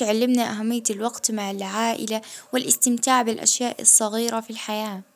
علمتني قيمة العائلة ولمة الأحباب.